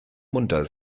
munter